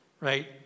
Right